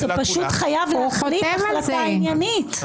הוא פשוט חייב להחליט החלטה עניינית.